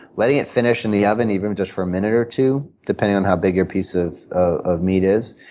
letting it finish in the oven, even just for a minute or two, depending on how big your piece of ah of meat is,